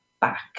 back